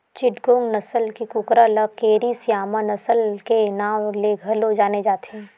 चिटगोंग नसल के कुकरा ल केरी स्यामा नसल के नांव ले घलो जाने जाथे